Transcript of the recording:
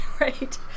Right